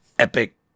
epic